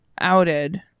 outed